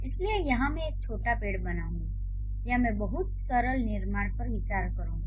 इसलिए यहां मैं एक छोटा पेड़ बनाऊंगी या मैं बहुत सरल निर्माण पर विचार करूंगी